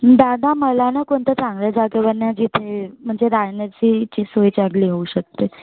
दादा मला ना कोणत्या चांगल्या जागेवर न्या जिथे म्हणजे राहण्याची जी सोय चांगली होऊ शकते